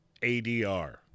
ADR